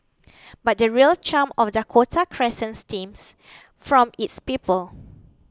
but the real charm of Dakota Crescent stems from its people